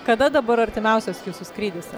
kada dabar artimiausias jūsų skrydis